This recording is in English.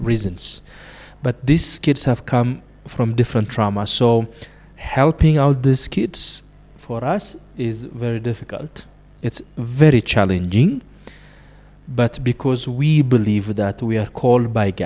reasons but this kids have come from different traumas so helping out this kids for us is very difficult it's very challenging but because we believe that we are called b